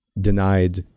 denied